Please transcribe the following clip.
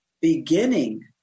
beginning